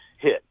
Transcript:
hit